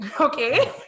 okay